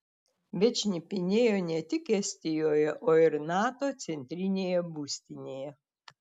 bet šnipinėjo ne tik estijoje o ir nato centrinėje būstinėje